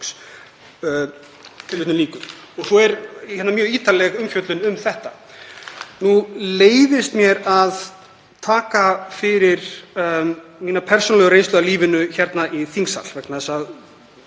Tilvitnun lýkur. Og svo er mjög ítarleg umfjöllun um þetta. Nú leiðist mér að taka fyrir mína persónulegu reynslu af lífinu hérna í þingsal vegna þess að